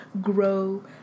grow